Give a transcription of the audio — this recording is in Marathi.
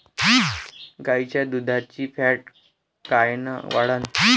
गाईच्या दुधाची फॅट कायन वाढन?